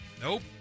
Nope